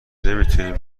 نمیتونیم